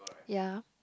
ya